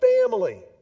family